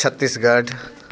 Chhattisgarh